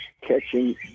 catching